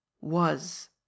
Was